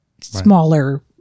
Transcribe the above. smaller